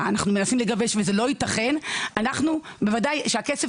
שאנחנו מנסים לגבש וזה לא ייתכן בוודאי שהכסף